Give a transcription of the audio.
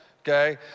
okay